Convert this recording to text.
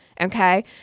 okay